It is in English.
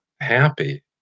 happy